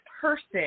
person